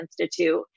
Institute